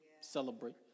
celebrate